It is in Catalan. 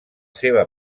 seva